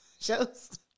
shows